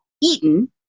eaten